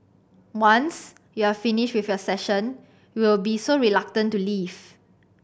once you're finished with your session you'll be so reluctant to leave